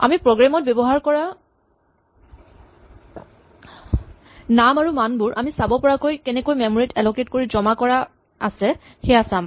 আমি প্ৰগ্ৰেম ত ব্যৱহাৰ কৰা নাম আৰু মানবোৰ আমি চাব পৰাকৈ কেনেকৈ মেমৰী ত এলকেট কৰি জমা কৰা আছে সেয়া চাম